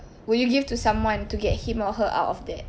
will you give to someone to get him or her out of that